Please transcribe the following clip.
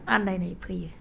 आन्दायनाय फैयो